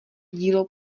dílo